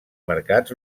mercats